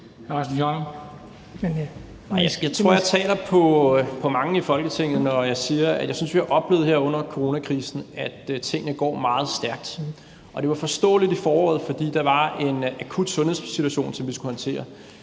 vegne af mange i Folketinget, når jeg siger, jeg synes, at vi har oplevet her under coronakrisen, at tingene går meget stærkt. Og det var forståeligt i foråret, fordi der var en akut sundhedssituation, som vi skulle håndtere.